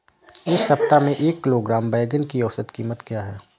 इस सप्ताह में एक किलोग्राम बैंगन की औसत क़ीमत क्या है?